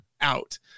out